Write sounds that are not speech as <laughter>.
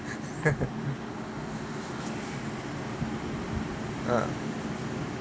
<laughs>